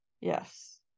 yes